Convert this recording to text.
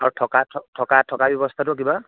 আৰু থকা থকা থকা ব্যৱস্থাটো কিবা